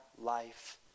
life